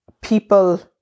people